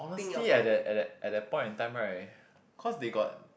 mostly at that at that at that point in time right cause they got